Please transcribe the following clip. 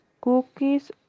cookies